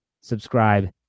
Subscribe